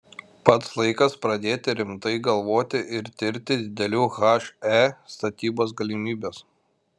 pats laikas pradėti rimtai galvoti ir tirti didelių he statybos galimybes